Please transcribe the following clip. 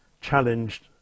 challenged